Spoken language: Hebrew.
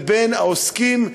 לבין העוסקים,